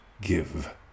Give